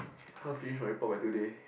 how finish my report by today